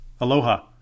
Aloha